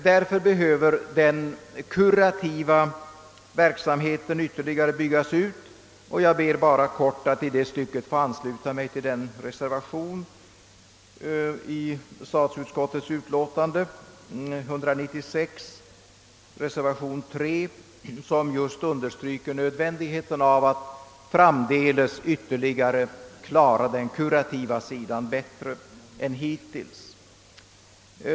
Därför behöver den kurativa verksamheten ytterligare byggas ut, och jag ber att i det stycket få ansluta mig till reservation 3 vid statsutskottets utlåtande nr 196. I den reservationen understryks just nödvändigheten av att den kurativa sidan :framdeles får en bättre utformning än hittills.